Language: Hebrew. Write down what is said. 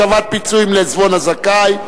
השבת פיצויים לעיזבון הזכאי).